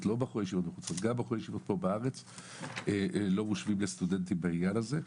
לא רק בחורי ישיבות בחו"ל לא מושווים לסטודנטים בעניין הזה.